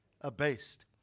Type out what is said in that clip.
abased